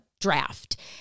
draft